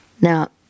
Now